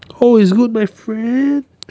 all is good my friend